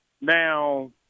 now